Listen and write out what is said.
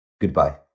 Goodbye